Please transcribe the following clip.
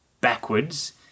backwards